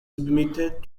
submitted